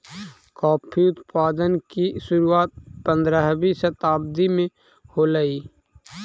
coffee उत्पादन की शुरुआत पंद्रहवी शताब्दी में होलई